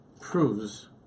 proves